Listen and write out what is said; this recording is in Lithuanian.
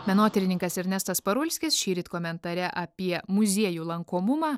menotyrininkas ernestas parulskis šįryt komentare apie muziejų lankomumą